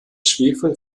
schwefel